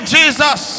Jesus